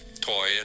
toy